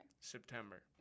September